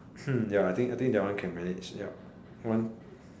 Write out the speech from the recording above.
hmm ya I think I think that one can manage yup one